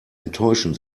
enttäuschen